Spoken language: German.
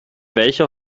welcher